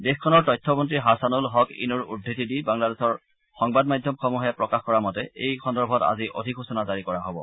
দেশখনৰ তথ্য মন্ত্ৰী হাছানুল হক ইনুৰ উদ্ধৃতি দি বাংলাদেশৰ সংবাদ মাধ্যমসমূহে প্ৰকাশ কৰা মতে এই সন্দৰ্ভত আজি অধিসূচনা জাৰি কৰা হব